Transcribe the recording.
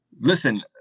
Listen